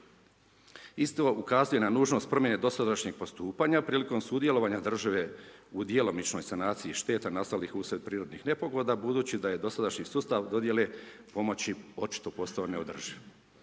Isto ukazuje na nužnost promjene dosadašnjeg postupanja, prilikom sudjelovanje države u djelomičnoj sanaciji šteta nastalih uslijed prirodnih nepogoda, budući da je dosadašnji sustav dodjele pomoći očito postao neodrživ.